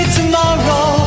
tomorrow